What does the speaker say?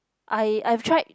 I I've tried